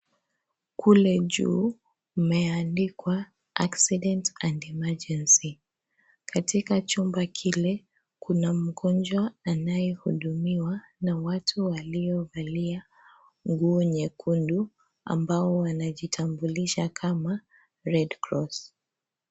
Kule juu kumeandikwa accident and emergency katika chumba kile kuna mgonjwa anayehudumiwa na kuna watu waliovalia nguo nyekundu ambao wanajitambulisha kama red cross .